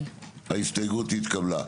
הצבעה בעד 6 נגד 5 נמנעים אין ההסתייגות התקבלה.